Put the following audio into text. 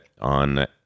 on